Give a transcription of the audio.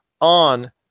on